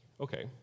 Okay